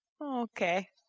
Okay